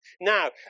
Now